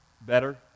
better